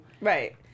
Right